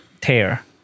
tear